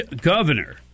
Governor